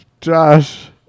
Josh